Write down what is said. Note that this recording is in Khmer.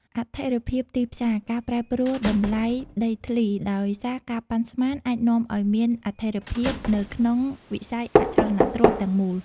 អស្ថិរភាពទីផ្សារ ការប្រែប្រួលតម្លៃដីធ្លីដោយសារការប៉ាន់ស្មាន អាចនាំឲ្យមានអស្ថិរភាពនៅក្នុងវិស័យអចលនទ្រព្យទាំងមូល។